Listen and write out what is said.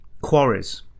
quarries